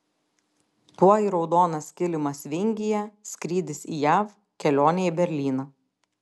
tuoj raudonas kilimas vingyje skrydis į jav kelionė į berlyną